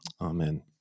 amen